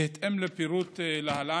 בהתאם לפירוט להלן: